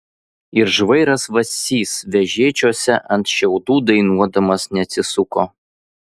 ir žvairas vacys vežėčiose ant šiaudų dainuodamas neatsisuko